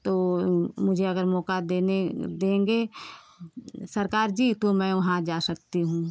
तो मुझे अगर मौका देने देंगे सरकार जी तो मैं वहाँ जा सकती हूँ